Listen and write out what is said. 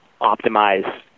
optimize